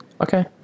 Okay